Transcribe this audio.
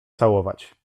całować